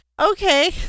okay